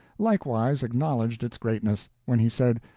likewise acknowledged its greatness, when he said,